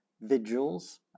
vigils